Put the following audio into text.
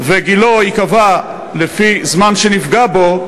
גילו ייקבע לפי הזמן שנפגע בו,